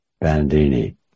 Bandini